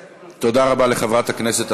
תודה רבה לחברת הכנסת עזריה.